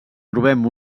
trobem